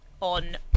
on